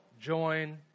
join